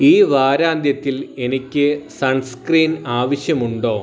ഈ വാരാന്ത്യത്തിൽ എനിക്ക് സൺസ്ക്രീൻ ആവശ്യമുണ്ടോ